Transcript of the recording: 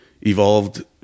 evolved